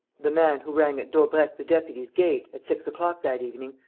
the man who rang at daubrecq the deputy's gate, at six o-clock that evening,